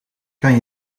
kan